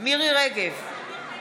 מירי מרים רגב,